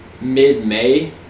mid-may